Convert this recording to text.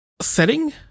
setting